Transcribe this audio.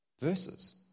verses